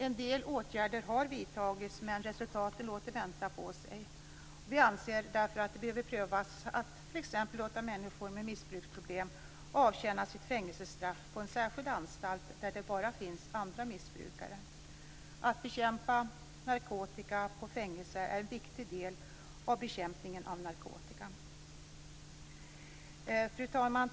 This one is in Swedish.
En del åtgärder har vidtagits, men resultaten har låtit vänta på sig. Vi anser därför att det bör prövas att låta människor med missbruksproblem avtjäna sitt fängelsestraff på en särskild anstalt där det bara finns andra missbrukare. Att bekämpa narkotikan på fängelser är en viktig del i bekämpningen av narkotika. Fru talman!